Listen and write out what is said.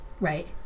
Right